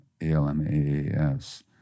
A-L-M-A-A-S